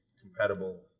compatible